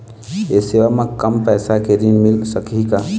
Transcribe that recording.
ये सेवा म कम पैसा के ऋण मिल सकही का?